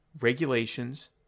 regulations